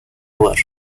war